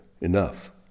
enough